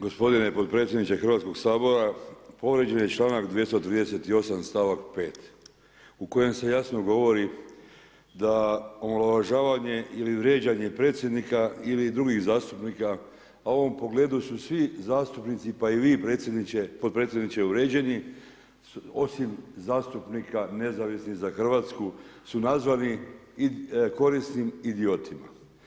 Gospodine potpredsjedniče Hrvatskog sabora, povrijeđen je članak 238 stavak 5 u kojem se jasno govori da omalovažavanje ili vrijeđanje predsjednika ili drugih zastupnika, a u ovom pogledu su svi zastupnici pa i vi potpredsjedniče uvrijeđeni, osim zastupnika nezavisni za hrvatsku su nazvani korisnim idiotima.